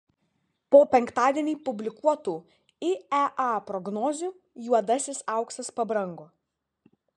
po penktadienį publikuotų iea prognozių juodasis auksas pabrango